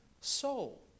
soul